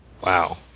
Wow